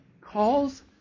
calls